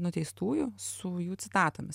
nuteistųjų su jų citatomis